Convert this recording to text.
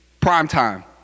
Primetime